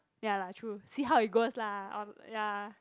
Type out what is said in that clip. ya lah true see how it goes lah ya